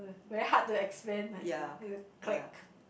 very hard to explain like the clique